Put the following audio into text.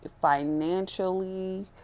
financially